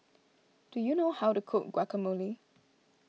do you know how to cook Guacamole